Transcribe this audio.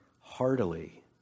heartily